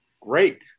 Great